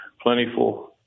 plentiful